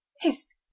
Hist